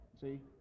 see